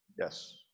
Yes